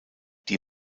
die